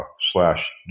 slash